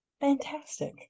Fantastic